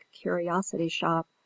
curiosity-shop